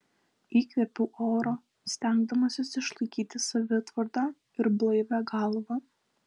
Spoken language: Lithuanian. įkvėpiau oro stengdamasis išlaikyti savitvardą ir blaivią galvą